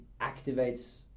activates